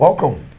Welcome